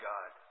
God